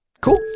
Cool